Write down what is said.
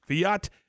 Fiat